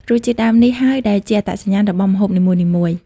រសជាតិដើមនេះហើយដែលជាអត្តសញ្ញាណរបស់ម្ហូបនីមួយៗ។